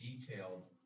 detailed